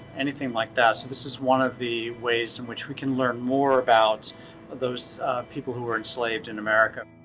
anything like that, so this is one of the ways in which we can learn more about those people who were enslaved in america.